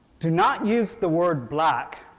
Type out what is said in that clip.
do not use the word black,